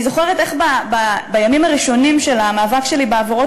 אני זוכרת איך בימים הראשונים של המאבק שלי בהעברות